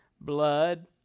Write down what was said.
Blood